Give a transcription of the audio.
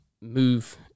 move